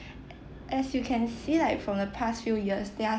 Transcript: as you can see like from the past few years there are